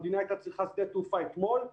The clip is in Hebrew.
המדינה הייתה צריכה שדה תעופה אתמול.